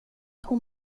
hon